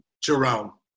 Jerome